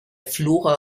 flora